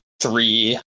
three